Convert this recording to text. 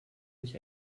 mich